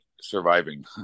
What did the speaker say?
surviving